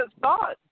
thought